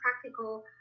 practical